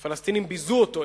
הפלסטינים ביזו אותו,